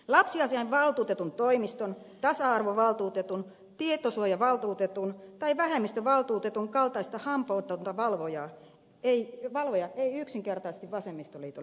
lapsiasiainvaltuutetun toimiston tasa arvovaltuutetun tietosuojavaltuutetun tai vähemmistövaltuutetun kaltainen hampaaton valvoja ei yksinkertaisesti vasemmistoliitolle riitä